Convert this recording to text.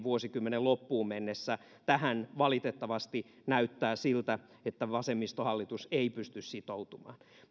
vuosikymmenen loppuun mennessä valitettavasti näyttää siltä että tähän vasemmistohallitus ei pysty sitoutumaan